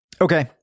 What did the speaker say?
Okay